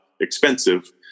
expensive